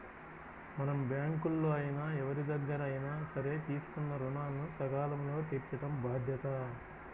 మనం బ్యేంకుల్లో అయినా ఎవరిదగ్గరైనా సరే తీసుకున్న రుణాలను సకాలంలో తీర్చటం బాధ్యత